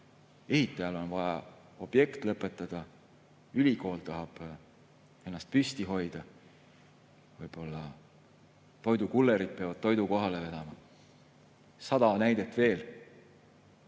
ehitajal on vaja objekt lõpetada, ülikool tahab ennast püsti hoida, võib-olla toidukullerid peavad toidu kohale vedama, sada näidet veel,